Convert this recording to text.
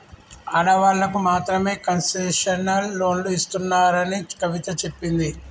ఆడవాళ్ళకు మాత్రమే కన్సెషనల్ లోన్లు ఇస్తున్నారని కవిత చెప్పింది